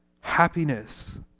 happiness